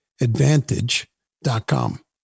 advantage.com